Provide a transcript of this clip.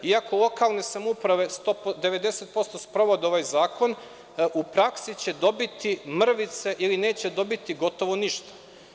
Iako lokalne samouprave 90% sprovode ovaj zakon, u praksi će dobiti mrvice ili neće dobiti gotovo ništa.